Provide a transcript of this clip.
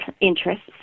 interests